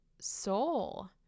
soul